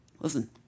Listen